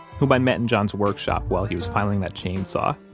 whom i met in john's workshop while he was filing that chainsaw.